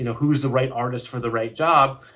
you know who's the right artist for the right job?